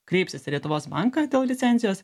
kreipsis į lietuvos banką dėl licencijos